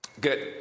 Good